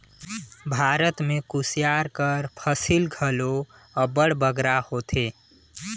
भारत में कुसियार कर फसिल घलो अब्बड़ बगरा होथे